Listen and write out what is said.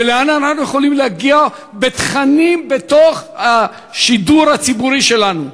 ולאן אנחנו יכולים להגיע בתכנים בתוך השידור הציבורי שלנו.